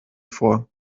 vor